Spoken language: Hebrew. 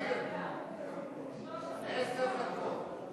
הוא צריך להסביר.